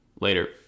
Later